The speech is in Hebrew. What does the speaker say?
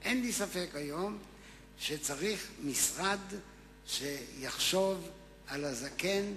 היום שצריך משרד שיחשוב על הזקן,